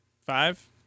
Five